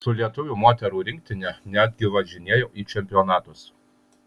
su lietuvių moterų rinktine netgi važinėjau į čempionatus